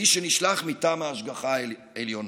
האיש שנשלח מטעם ההשגחה העליונה.